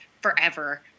forever